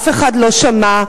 אף אחד לא שמע,